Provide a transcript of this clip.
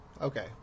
okay